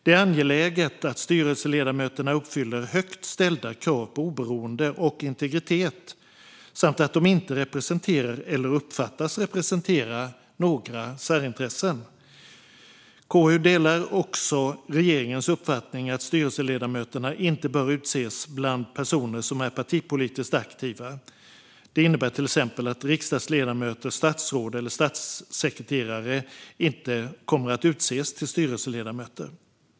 Det är angeläget att styrelseledamöterna uppfyller högt ställda krav på oberoende och integritet samt att de inte representerar, eller uppfattas representera, några särintressen. KU delar regeringens uppfattning att styrelseledamöterna inte bör utses bland personer som är partipolitiskt aktiva. Detta innebär till exempel att riksdagsledamöter, statsråd och statssekreterare inte kommer att utses till styrelseledamöter.